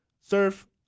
surf